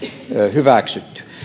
hyväksytty